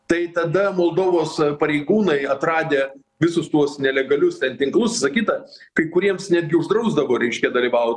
tai tada moldovos pareigūnai atradę visus tuos nelegalius ten tinklus visa kita kai kuriems netgi uždrausdavo reiškia dalyvaut